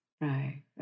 Right